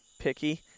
picky